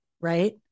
right